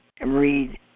read